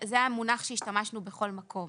זה המונח שהשתמשנו בכל מקום